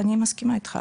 אני מסכימה איתך.